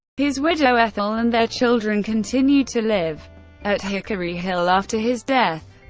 his widow, ethel, and their children continued to live at hickory hill after his death.